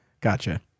Gotcha